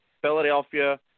philadelphia